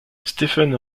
stephen